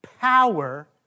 power